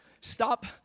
Stop